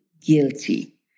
guilty